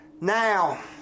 Now